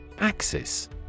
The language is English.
Axis